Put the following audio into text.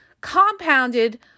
compounded